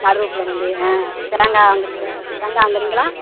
கருவேப்பிலை மல்லி ஆ தேங்காய் வாங்குகிறீங்களா தேங்காய் வாங்குகிறீங்களா